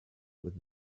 with